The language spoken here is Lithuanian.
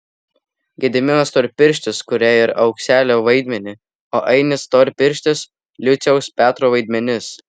gediminas storpirštis kuria ir aukselio vaidmenį o ainis storpirštis liuciaus petro vaidmenis